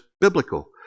biblical